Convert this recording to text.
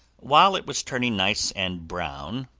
while it was turning nice and brown,